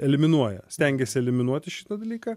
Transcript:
eliminuoja stengiasi eliminuoti šitą dalyką